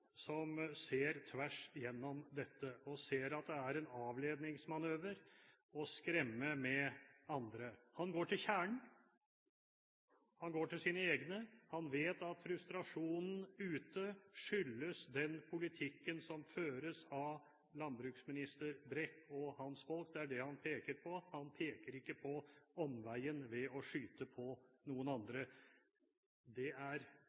som ser tvers igjennom dette og ser at det å skremme med andre, er en avledningsmanøver. Han går til kjernen, han går til sine egne, og han vet at frustrasjonen ute skyldes den politikken som føres av landbruksminister Brekk og hans folk. Det er det han peker på. Han peker ikke på omveien ved å skyte på noen andre. Det er